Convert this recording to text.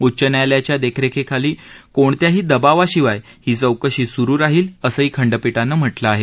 उच्च न्यायालयाच्या देखरेखीखाली कोणत्याही दबावाशिवाय ही चौकशी सुरू राहील असंही खंडपीठानं म्हटलं आहे